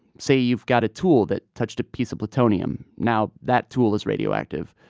say you've got a tool that touched a piece of plutonium. now, that tool is radioactive.